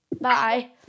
Bye